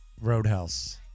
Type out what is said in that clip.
Roadhouse